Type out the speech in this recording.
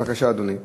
בבקשה, אדוני.